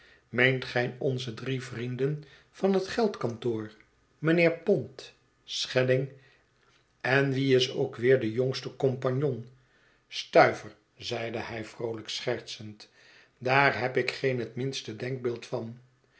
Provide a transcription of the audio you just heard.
meent gij onze drie vrienden van het geldkantoor mijnheer pond schelling en wie is ook weer de jongste compagnon stuiver zeide hij vroolijk schertsende daar heb ik geen het minste denkbeeld van